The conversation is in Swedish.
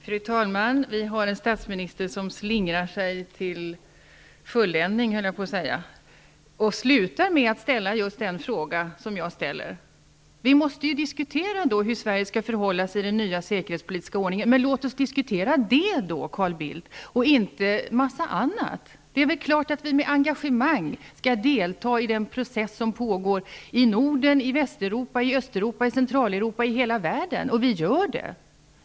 Fru talman! Vi har en statsminister som slingrar sig till fulländning och som avslutar sitt anförande med att ställa just den fråga jag har ställt. Vi måste ju diskutera hur Sverige skall förhålla sig i den nya säkerhetspolitiska ordningen, men låt oss då diskutera det, Carl Bildt, och inte en massa annat. Det är väl klart att vi med engagemang skall delta i den process som pågår i Norden, i Västeuropa, i Östeuropa, i Centraleuropa, ja i hela världen. Det gör vi också.